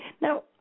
Now